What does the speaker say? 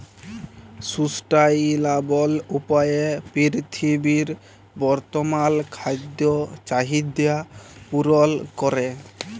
sustainable উপায়ে পীরথিবীর বর্তমাল খাদ্য চাহিদ্যা পূরল ক্যরে